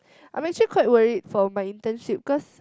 I'm actually quite worried for my internship cause